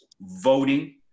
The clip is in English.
voting